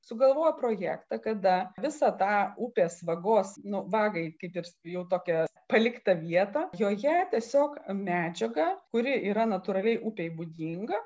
sugalvojo projektą kada visą tą upės vagos nu vagai kaip ir jau tokią paliktą vietą joje tiesiog medžiaga kuri yra natūraliai upei būdinga